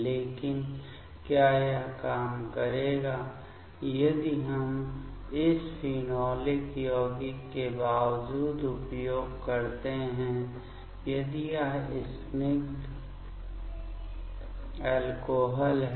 लेकिन क्या यह काम करेगा यदि हम इस फेनोलिक यौगिक के बावजूद उपयोग करते हैं यदि यह स्निग्ध अल्कोहल है